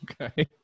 Okay